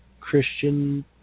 Christian